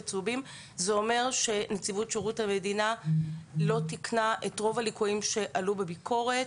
וזה אומר שנציבות שירות המדינה לא תיקנה את רוב הליקויים שעלו בביקורת.